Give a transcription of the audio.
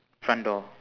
front door